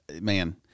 man